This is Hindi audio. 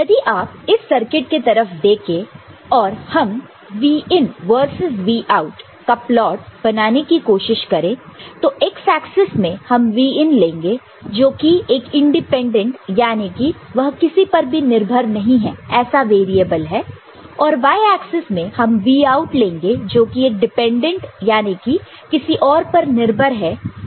यदि आप इस सर्किट के तरफ देखें और हम Vin versus Vout का प्लॉट बनाने की कोशिश करें तो x axis में हम Vin लेंगे जो कि एक इंडिपेंडेंट यानी कि वह किसी पर भी निर्भर नहीं है वेरिएबल है और y axis में हम Vout लेंगे जो कि एक डिपेंडेंट यानी कि वह किसी और पर निर्भर है वेरिएबल है